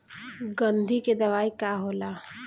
गंधी के दवाई का होला?